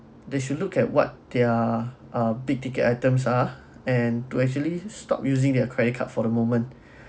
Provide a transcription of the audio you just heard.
they should look at what they're ah big ticket items are and to actually stop using their credit card for the moment